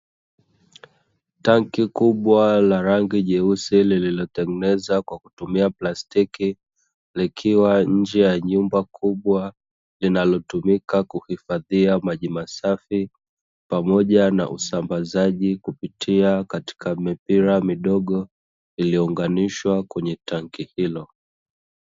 Tanki kubwa la rangi jeusi lililotengenezwa kwa kutumia plastiki likiwa nje ya nyumba kubwa, linalotumika kuhfadhia maji masafi pamoja na usambazaji, kupitia katika mipira midogo iliyounganishwa kwenye tanki hilo.